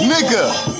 Nigga